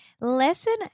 Lesson